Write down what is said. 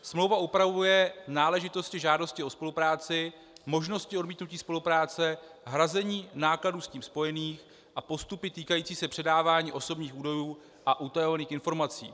Smlouva upravuje náležitosti žádosti o spolupráci, možnosti odmítnutí spolupráce, hrazení nákladů s tím spojených a postupy týkající se předávání osobních údajů a utajovaných informací.